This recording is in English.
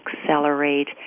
accelerate